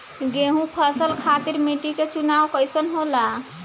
गेंहू फसल खातिर मिट्टी के चुनाव कईसे होला?